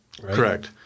Correct